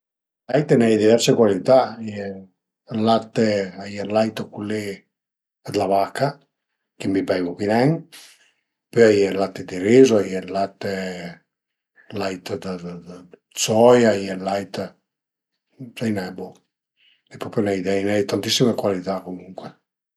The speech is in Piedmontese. D'lait a i na ie dë diverse cualità, a ie ël latte a ie ël lait cul li d'la vaca che mi beivu pi nen, pöi a ie ël latte di riso, a ie ël latte, ël lait dë dë dë soia, a ie ël lait, sai nen bo, ai propi nen idea, a i na ie dë tantissime cualità comuncue